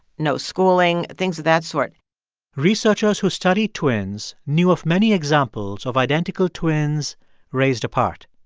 no schooling things of that sort researchers who study twins knew of many examples of identical twins raised apart.